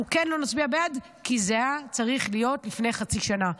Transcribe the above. אנחנו לא נצביע בעד כי זה היה צריך להיות לפני חצי שנה.